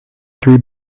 three